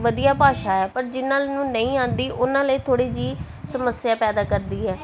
ਵਧੀਆ ਭਾਸ਼ਾ ਹੈ ਪਰ ਜਿਹਨਾਂ ਨੂੰ ਨਹੀਂ ਆਉਂਦੀ ਉਹਨਾਂ ਲਈ ਥੋੜ੍ਹੀ ਜਿਹੀ ਸਮੱਸਿਆ ਪੈਦਾ ਕਰਦੀ ਹੈ